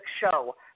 show